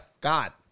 God